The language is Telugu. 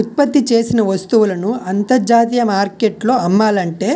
ఉత్పత్తి చేసిన వస్తువులను అంతర్జాతీయ మార్కెట్లో అమ్మాలంటే